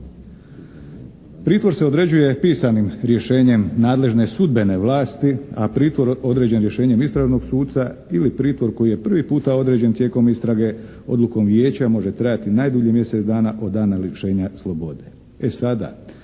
Pritvor se određuje pisanim rješenjem nadležne sudbene vlasti, a pritvor određen rješenjem istražnog suca ili pritvor koji je prvi puta određen tijekom istrage odlukom Vijeća može trajati najdulje mjesec dana od dana lišenja slobode. E sada